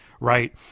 right